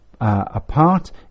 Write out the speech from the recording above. apart